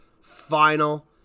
final